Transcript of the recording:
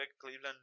Cleveland